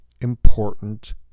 important